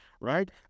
right